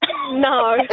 No